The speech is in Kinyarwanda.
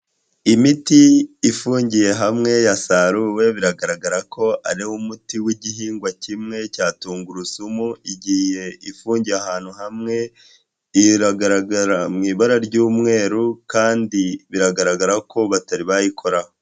Imiti ifungiye hamwe ya saruwe, biragaragara ko ari umuti w'igihingwa kimwe cya tungurusumu, igiye ifungiye ahantu hamwe iragaragara mu ibara ry'umweru, kandi biragaragara ko batari bayikoraho.